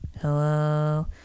Hello